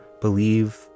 believe